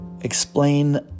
Explain